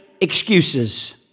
excuses